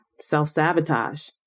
Self-sabotage